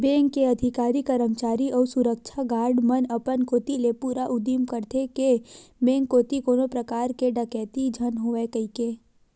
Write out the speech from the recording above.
bank के अधिकारी, करमचारी अउ सुरक्छा गार्ड मन अपन कोती ले पूरा उदिम करथे के बेंक कोती कोनो परकार के डकेती झन होवय कहिके